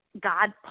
God